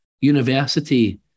university